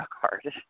card